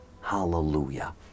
hallelujah